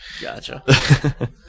Gotcha